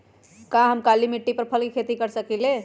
का हम काली मिट्टी पर फल के खेती कर सकिले?